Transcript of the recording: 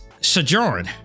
Sojourn